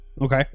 Okay